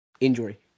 injury